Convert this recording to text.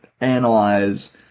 analyze